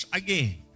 again